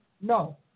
no